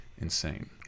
insane